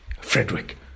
frederick